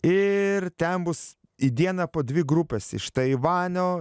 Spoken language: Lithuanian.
ir ten bus į dieną po dvi grupes iš taivanio